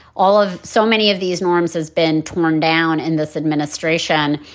all of so many of these norms has been torn down in this administration.